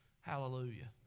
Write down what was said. Hallelujah